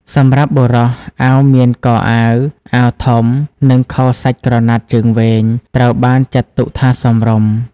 សម្រាប់បុរស អាវមានកអាវ អាវធំ និងខោសាច់ក្រណាត់ជើងវែង ត្រូវបានចាត់ទុកថាសមរម្យ។